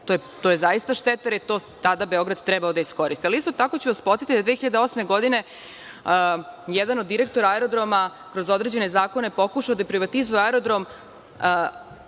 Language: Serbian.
To je zaista šteta, jer je to tada Beograd trebalo da iskoristi. Ali, isto tako ću vas podsetiti da je 2008. godine jedan od direktora aerodroma kroz određene zakone pokušao da privatizuje aerodrom,